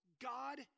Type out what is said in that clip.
God